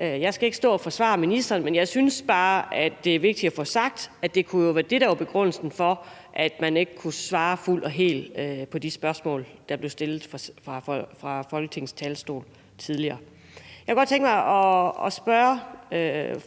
Jeg skal ikke stå og forsvare ministeren, men jeg synes bare, at det er vigtigt at få sagt, at det jo kunne være det, der var begrundelsen for, at man ikke kunne svare fuldt og helt på de spørgsmål, der blev stillet fra Folketingets talerstol tidligere. Jeg kunne godt tænke mig at spørge